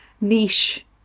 niche